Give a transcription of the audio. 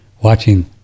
watching